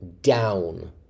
down